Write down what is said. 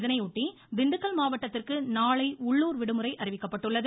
இதனையொட்டி திண்டுக்கல் மாவட்டத்திற்கு நாளை உள்ளுர் விடுமுறை அறிவிக்கப்பட்டுள்ளது